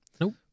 Nope